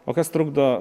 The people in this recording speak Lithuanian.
o kas trukdo